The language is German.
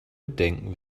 bedenken